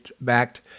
backed